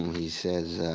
he says